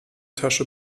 tasche